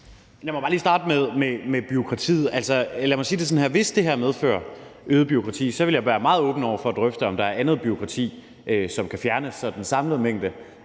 Lad mig bare lige starte med det med bureaukratiet. Altså, lad mig sige det sådan her: Hvis det her medfører øget bureaukrati, så vil jeg være meget åben over for at drøfte, om der er andet bureaukrati, som kan fjernes, så den samlede mængde